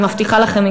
אני מבטיחה לכם,